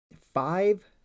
Five